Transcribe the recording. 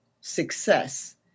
success